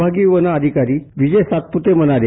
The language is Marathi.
विभागीय वन अधिकारी विजय सातपुते म्हणाले